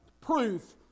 proof